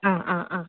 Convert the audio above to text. ആ ആ ആ